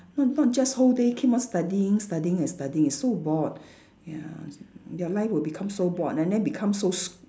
not not just whole day keep on studying studying and studying so bored ya your life will become so bored and then become so s~